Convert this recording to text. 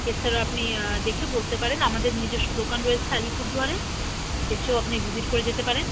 এছাড়া আপনি দেখে বলতে পারেন আমাদের নিজস্ব দোকান রয়েছে আলিপুরদুয়ারে এসেও আপনি ভিজিট করে যেতে পারেন